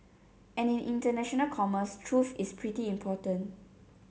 and in international commerce truth is pretty important